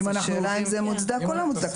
אז השאלה אם זה מוצדק או לא מוצדק.